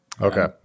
Okay